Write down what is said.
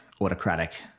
autocratic